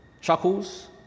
chuckles